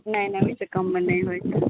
नहि नहि ओहि सॅं कम मे नहि होइत